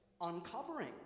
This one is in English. uncovering